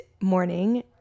morning